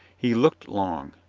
he looked long.